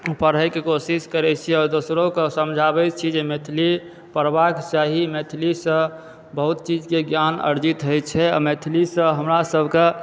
पढ़य के कोशिश करै छियै आओर दोसरो के समझाबै छी जे मैथिली पढ़बाक चाही मैथिली सॅं बहुत चीज के ज्ञान अर्जित होय छै आ मैथिली सॅं हमरा सबके